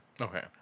Okay